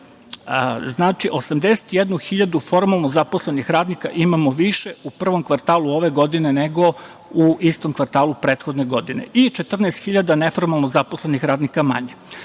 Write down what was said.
Znači, 81.000 formalno zaposlenih radnika imamo više u prvom kvartalu ove godine, nego u istom kvartalu prethodne godine i 14.000 neformalno zaposlenih radnika manje. Kad